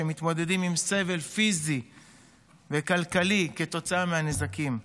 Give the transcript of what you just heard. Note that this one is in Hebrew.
שמתמודדים עם סבל פיזי וכלכלי כתוצאה מהנזקים.